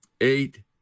Eight